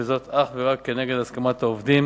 וזאת אך ורק כנגד הסכמת העובדים